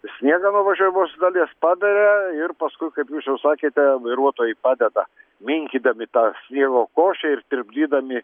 sniegą nuo važiuojamos dalies paberia ir paskui kaip jūs jau sakėte vairuotojai padeda minkydami tą sniego košę ir tirpdydami